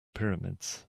pyramids